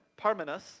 Parmenas